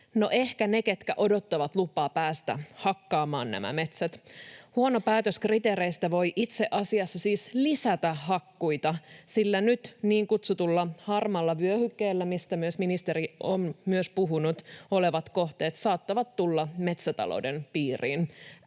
ehkä ne, ketkä odottavat lupaa päästä hakkaamaan nämä metsät. Huono päätös kriteereistä voi itse asiassa siis lisätä hakkuita, sillä nyt niin kutsutulla harmaalla vyöhykkeellä, mistä ministeri on myös puhunut, olevat kohteet saattavat tulla metsätalouden piiriin.